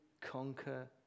conquer